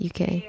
UK